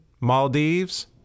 Maldives